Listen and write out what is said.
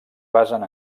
basen